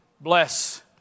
bless